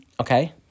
Okay